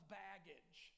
baggage